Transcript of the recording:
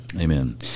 Amen